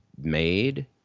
made